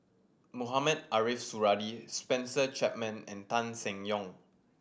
Mohamed Ariff Suradi Spencer Chapman and Tan Seng Yong